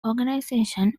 organization